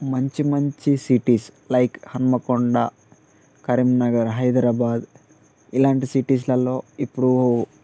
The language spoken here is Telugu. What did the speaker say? మంచి మంచి సిటీస్ లైక్ హనుమకొండ కరీంనగర్ హైదరాబాద్ ఇలాంటి సిటీస్లలో ఇప్పుడు